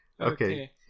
Okay